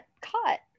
caught